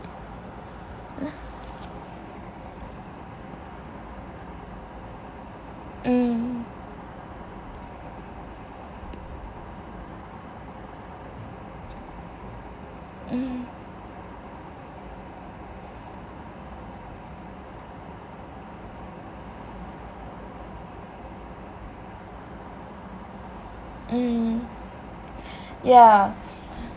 mm mm mm yah